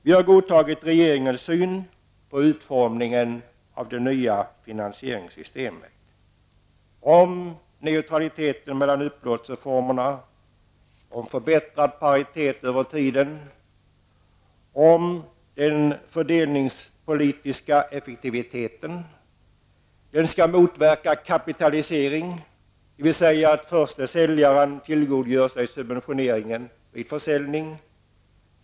Vi har godtagit regeringens syn på utformningen av det nya finansieringssystemet: Det skall vara neutralitet mellan upplåtelseformerna och förbättrad paritet över tiden. Den skall vara fördelningspolitiskt effektiv. Den skall motverka kapitalisering, dvs. att den förste säljaren tillgodogör sig subventioneringen vid försäljning.